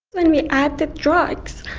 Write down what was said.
when we add the drugs,